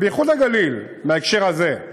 ובייחוד בגליל, בהקשר הזה,